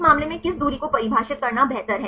इस मामले में किस दूरी को परिभाषित करना बेहतर है